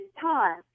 time